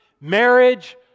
marriage